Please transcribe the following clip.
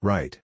Right